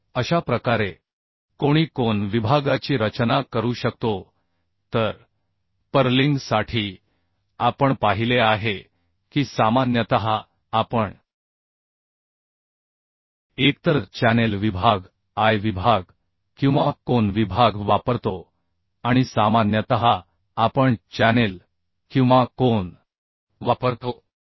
तर अशा प्रकारे कोणी कोन विभागाची रचना करू शकतो तर पर्लिंग साठी आपण पाहिले आहे की सामान्यतः आपण एकतर चॅनेल विभाग I विभाग किंवा कोन विभाग वापरतो आणि सामान्यतः आपण चॅनेल किंवा कोन वापरतो